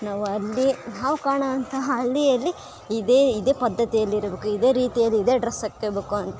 ನಾವು ಅಲ್ಲಿ ನಾವು ಕಾಣೋವಂತಹ ಹಳ್ಳಿಯಲ್ಲಿ ಇದೇ ಇದೆ ಪದ್ಧತಿಯಲ್ಲಿ ಇರಬೇಕು ಇದೆ ರೀತಿಯಾದ ಇದೇ ಡ್ರೆಸ್ಸ್ ಹಾಕ್ತಾಬೇಕು ಅಂತ